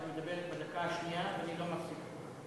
שאת מדברת בדקה השנייה ואני לא אמרתי כלום?